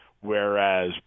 whereas